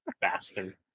Bastard